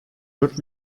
dört